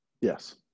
Yes